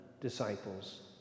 disciples